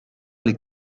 les